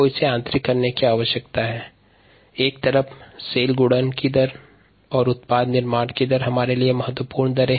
यहाँ कोशिका गुणन की दर और उत्पाद निर्माण की दर महत्वपूर्ण हैं